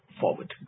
forward